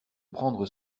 prendre